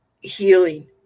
healing